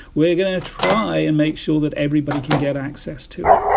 we're going to try and make sure that everybody can get access to it.